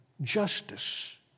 justice